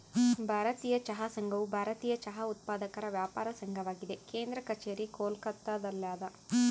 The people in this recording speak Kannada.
ಭಾರತೀಯ ಚಹಾ ಸಂಘವು ಭಾರತೀಯ ಚಹಾ ಉತ್ಪಾದಕರ ವ್ಯಾಪಾರ ಸಂಘವಾಗಿದೆ ಕೇಂದ್ರ ಕಛೇರಿ ಕೋಲ್ಕತ್ತಾದಲ್ಯಾದ